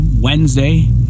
Wednesday